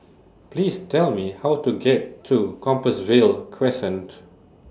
Please Tell Me How to get to Compassvale Crescent